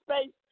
space